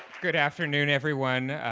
good afternoon everyone,